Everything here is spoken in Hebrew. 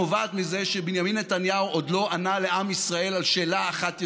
נובעת מזה שבנימין נתניהו עוד לא ענה לעם ישראל על שאלה אחת יסודית: